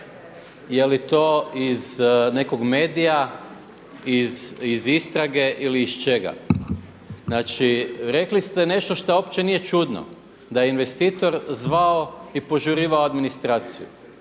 je li to iz nekog medija, iz istrage ili iz čega. Znači rekli ste nešto što uopće nije čudno da je investitor zvao i požurivao administraciju.